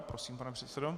Prosím, pane předsedo.